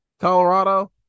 colorado